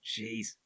Jeez